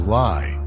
lie